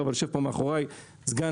מאחרי סא"ל